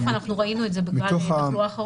ראינו את זה בגל האחרון,